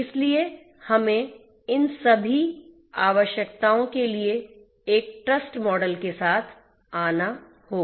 इसलिए हमें इन सभी आवश्यकताओं के लिए एक ट्रस्ट मॉडल के साथ आना होगा